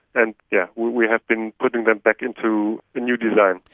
and yeah we have been putting them back into the new design.